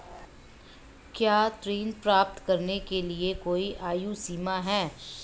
क्या ऋण प्राप्त करने के लिए कोई आयु सीमा है?